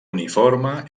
uniforme